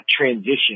transition